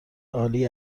عالی